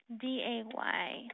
D-A-Y